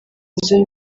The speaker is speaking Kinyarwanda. uze